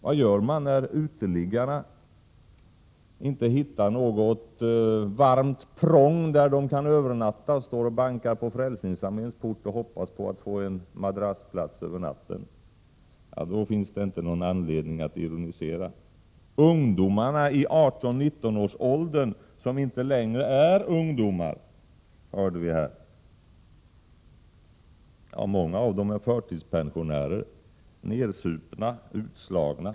Vad gör man när uteliggarna inte hittar något varmt prång där de kan övernatta, och de står och bankar på Frälsningsarméns port i hopp om att få en madrassplats över natten? Då finns det inte någon anledning att ironisera. Vi hörde här om ungdomarna i 18-19-årsåldern som inte längre är ungdomar. Många av dem är förtidspensionärer, nersupna och utslagna.